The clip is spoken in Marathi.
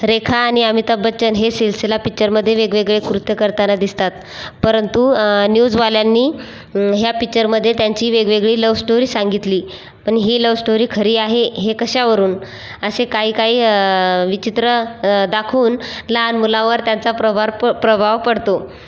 रेखा आणि अमिताभ बच्चन हे सिलसिला पिच्चरमध्ये वेगळे वेगळे कृत्य करताना दिसतात परंतु न्यूजवाल्यांनी ह्या पिच्चरमध्ये त्यांची वेगवेगळी लव स्टोरी सांगितली पण ही लव स्टोरी खरी आहे हे कशावरून असे काही काही विचित्र दाखवून लहान मुलांवर त्याचा प्रभार प्रभाव पडतो